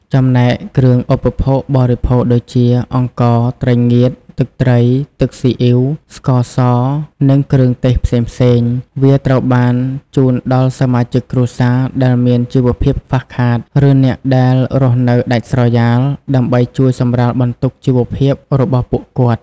ចំណែកគ្រឿងឧបភោគបរិភោគដូចជា អង្ករ ត្រីងៀត ទឹកត្រី ទឹកស៊ីអ៊ីវ ស្ករស និងគ្រឿងទេសផ្សេងៗ វាត្រូវបានជូនដល់សមាជិកគ្រួសារដែលមានជីវភាពខ្វះខាត ឬអ្នកដែលរស់នៅដាច់ស្រយាល ដើម្បីជួយសម្រាលបន្ទុកជីវភាពរបស់ពួកគាត់។